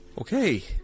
Okay